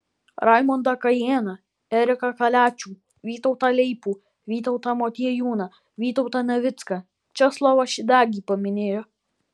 raimondą kajėną eriką kaliačių vytautą leipų vytautą motiejūną vytautą navicką česlovą šidagį paminėjo